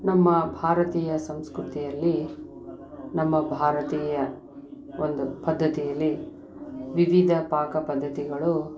ನಮ್ಮ ಭಾರತೀಯ ಸಂಸ್ಕೃತಿಯಲ್ಲಿ ನಮ್ಮ ಭಾರತೀಯ ಒಂದು ಪದ್ಧತಿಯಲ್ಲಿ ವಿವಿಧ ಪಾಕ ಪದ್ಧತಿಗಳು